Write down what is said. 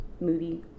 movie